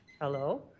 Hello